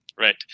right